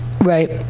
right